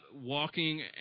walking